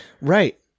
Right